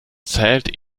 zählt